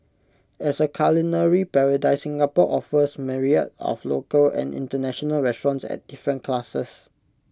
as A culinary paradise Singapore offers myriad of local and International restaurants at different classes